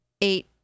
eight